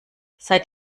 seit